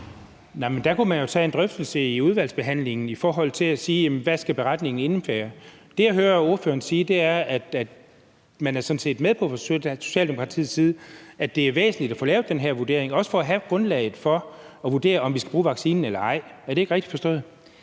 der kunne man jo tage en drøftelse i udvalgsbehandlingen og sige: Hvad skal beretningen indebære? Det, jeg hører ordføreren sige, er, at man fra Socialdemokratiets side sådan set er med på forsøget, og at det er væsentligt at få lavet den her vurdering, også for at have grundlaget for at vurdere, om vi skal bruge vaccinen eller ej. Er det ikke rigtigt forstået?